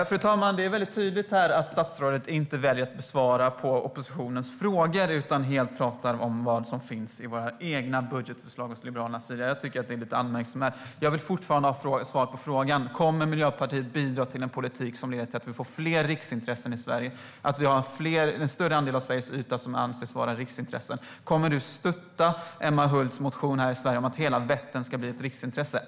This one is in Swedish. Fru talman! Det är tydligt att statsrådet väljer att inte svara på oppositionens frågor utan pratar om vad som finns budgetförslagen från Liberalerna. Jag tycker att det är anmärkningsvärt. Jag vill fortfarande ha svar på frågan: Kommer Miljöpartiet att bidra till en politik som leder till att vi får fler riksintressen i Sverige, att en större andel av Sveriges yta kommer att anses vara riksintresse? Kommer du att stötta Emma Hults motion om att hela Vättern ska bli ett riksintresse?